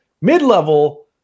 mid-level